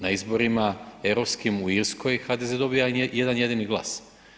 Na izborima europskim u Irskoj HDZ dobiva jedan jedini glas.